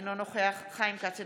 אינו נוכח חיים כץ,